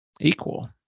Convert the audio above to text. equal